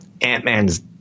Ant-Man's